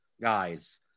guys